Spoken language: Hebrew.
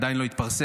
עדיין לא התפרסם,